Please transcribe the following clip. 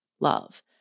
love